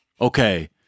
Okay